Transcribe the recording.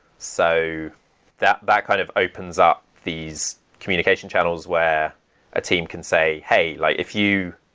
so that that kind of opens up these communication channels where a team can say, hey, like if you